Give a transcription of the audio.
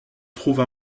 trouve